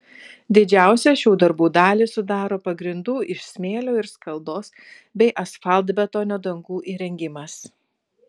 didžiausią šių darbų dalį sudaro pagrindų iš smėlio ir skaldos bei asfaltbetonio dangų įrengimas